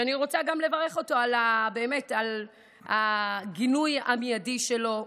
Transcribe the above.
ואני רוצה גם לברך אותו על הגינוי המיידי שלו.